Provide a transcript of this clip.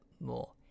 more